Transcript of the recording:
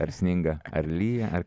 ar sninga ar lyja ar